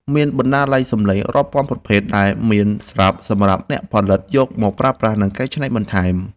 មានបណ្ណាល័យសំឡេងរាប់ពាន់ប្រភេទដែលមានស្រាប់សម្រាប់ឱ្យអ្នកផលិតយកមកប្រើប្រាស់ និង កែច្នៃបន្ថែម។